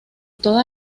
toda